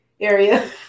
area